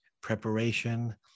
preparation